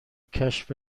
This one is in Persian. کشف